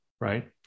Right